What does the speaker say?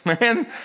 man